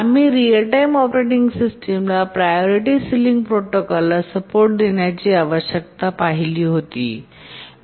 आम्ही real time operating सिस्टमला priority ceiling प्रोटोकॉलला सपोर्ट देण्याची आवश्यकता पाहिली होती